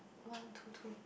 one to two